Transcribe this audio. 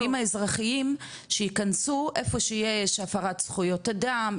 האזרחיים שיכנסו איפה שיש הפרת זכויות אדם,